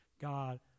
God